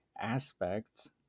aspects